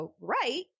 right